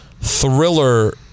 thriller